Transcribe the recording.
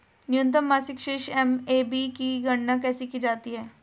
न्यूनतम मासिक शेष एम.ए.बी की गणना कैसे की जाती है?